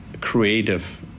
creative